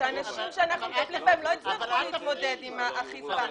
שאנשים שאנחנו מטפלים בהם לא יצטרכו להתמודד עם אכיפה.